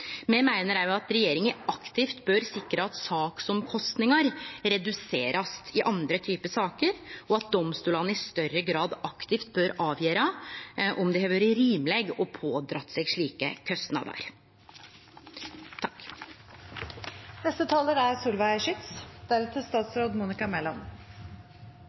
Me meiner også at regjeringa aktivt bør sikre at sakskostnader blir reduserte i andre typar saker, og at domstolane i større grad aktivt bør avgjere om det har vore rimeleg å pådra seg slike kostnader. Venstre er